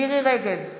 מירי מרים רגב,